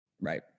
right